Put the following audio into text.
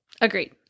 Agreed